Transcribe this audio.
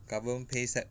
government pay set